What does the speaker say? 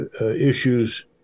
issues